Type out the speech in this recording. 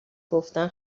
گفتن